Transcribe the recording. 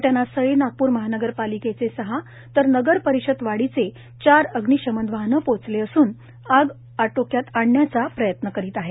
घटनास्थळी नागपूर महानगरपालिकेचे सहा तर नगर परिषद वाडीचे चार अग्निशमन वाहनं पोहोचले असून आग आटोक्यात आणण्याचा प्रयत्न करत आहेत